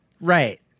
Right